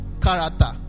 character